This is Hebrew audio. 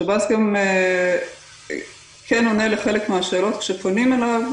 שב"ס כן עונה לחלק מהשאלות כשפונים אליו,